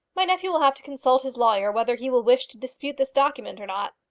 my nephew will have to consult his lawyer whether he will wish to dispute this document or not.